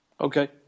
okay